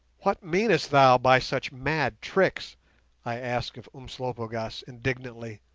what meanest thou by such mad tricks i asked of umslopogaas, indignantly.